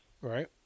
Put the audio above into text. right